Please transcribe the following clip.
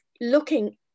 looking